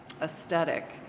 aesthetic